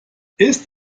ist